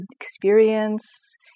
experience